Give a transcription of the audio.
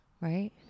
Right